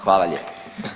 Hvala lijepo.